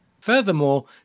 Furthermore